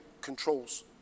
controls